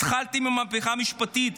התחלתם עם המהפכה המשפטית.